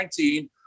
2019